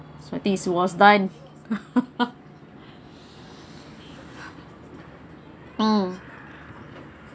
so I think it was done mm